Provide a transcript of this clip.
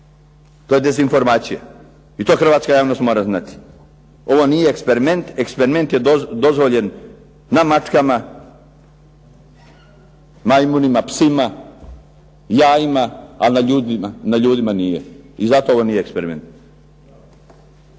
To je dezinformacija i to hrvatska javnost mora znati. Ovo nije eksperiment. Eksperiment je dozvoljen na mačkama, majmunima, psima, jajima, ali na ljudima nije. I zato ovo nije eksperiment.